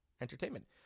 entertainment